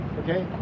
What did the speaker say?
okay